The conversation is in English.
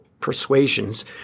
persuasions